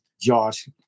Josh